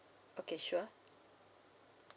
okay sure